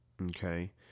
Okay